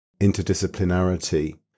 interdisciplinarity